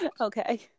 Okay